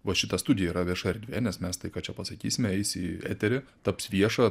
va šita studija yra vieša erdvė nes mes tai ką čia pasakysime eis į eterį taps vieša